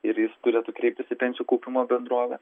ir jis turėtų kreiptis į pensijų kaupimo bendrovę